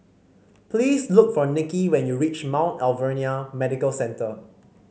please look for Niki when you reach Mount Alvernia Medical Centre